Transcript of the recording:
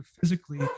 physically